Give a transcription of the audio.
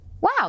wow